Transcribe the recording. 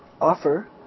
offer